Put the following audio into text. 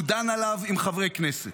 הוא דן עליו עם חברי כנסת.